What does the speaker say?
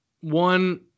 one